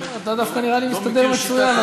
אתה דווקא נראה לי מסתדר מצוין,